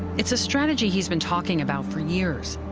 it's a strategy he's been talking about for years,